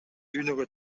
дүйнөгө